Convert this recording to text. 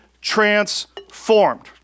transformed